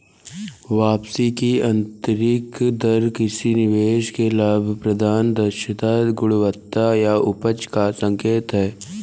वापसी की आंतरिक दर किसी निवेश की लाभप्रदता, दक्षता, गुणवत्ता या उपज का संकेत है